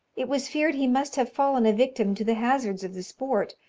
it was feared he must have fallen a victim to the hazards of the sport,